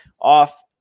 off